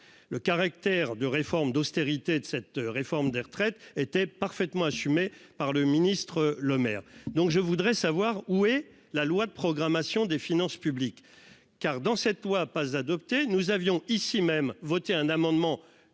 Le caractère de réformes d'austérité de cette réforme des retraites était parfaitement assumé par le ministre Lemaire. Donc je voudrais savoir où est la loi de programmation des finances publiques car dans cette loi pas adopté. Nous avions ici même voté un amendement